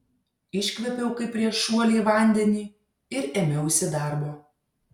iškvėpiau kaip prieš šuolį į vandenį ir ėmiausi darbo